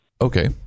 okay